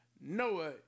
Noah